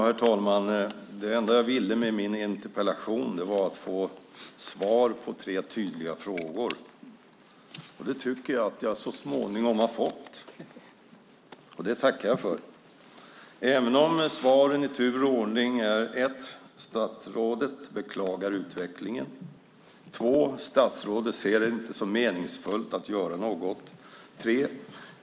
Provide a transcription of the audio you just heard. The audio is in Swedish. Herr talman! Det enda jag ville med min interpellation var att få svar på tre tydliga frågor. Det tycker jag att jag så småningom har fått, och det tackar jag för. Svaren är i tur och ordning: 1. Statsrådet beklagar utvecklingen. 2. Statsrådet ser det inte som meningsfullt att göra något. 3.